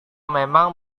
memang